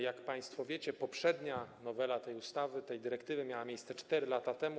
Jak państwo wiecie, poprzednia nowela tej ustawy, tej dyrektywy miała miejsce 4 lata temu.